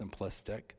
simplistic